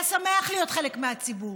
היה שמח להיות חלק מהציבור,